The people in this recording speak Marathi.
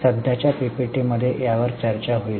सध्याच्या पीपीटीमध्ये याबद्दल चर्चा होईल